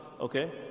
okay